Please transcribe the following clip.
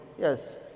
Yes